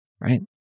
right